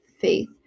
faith